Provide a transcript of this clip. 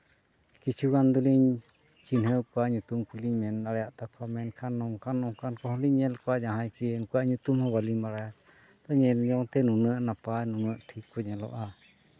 ᱠᱤᱪᱷᱩᱜᱟᱱ ᱫᱚᱞᱤᱧ ᱪᱤᱱᱦᱟᱹᱣ ᱠᱚᱣᱟ ᱧᱩᱛᱩᱢ ᱠᱚᱞᱤᱧ ᱢᱮᱱ ᱫᱟᱲᱮᱭᱟᱜ ᱛᱟᱠᱚᱣᱟ ᱢᱮᱱᱠᱷᱟᱱ ᱱᱚᱝᱠᱟᱱ ᱱᱚᱝᱠᱟᱱ ᱠᱚᱦᱚᱸ ᱞᱤᱧ ᱧᱮᱞ ᱠᱚᱣᱟ ᱡᱟᱦᱟᱸᱭ ᱠᱤ ᱩᱱᱠᱩᱣᱟᱜ ᱧᱩᱛᱩᱢ ᱵᱟᱹᱞᱤᱧ ᱵᱟᱲᱟᱭᱟ ᱧᱮᱞ ᱡᱚᱝᱛᱮ ᱱᱩᱱᱟᱹᱜ ᱱᱟᱯᱟᱭ ᱱᱩᱱᱟᱹᱜ ᱴᱷᱤᱠ ᱠᱚ ᱧᱮᱞᱚᱜᱼᱟ